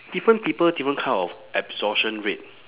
different people different kind of absorption rate